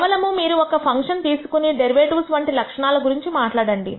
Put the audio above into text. కేవలము మీరు ఒక ఫంక్షన్ తీసుకుని డెరివేటివ్స్ వంటి లక్షణాలు గురించి మాట్లాడండి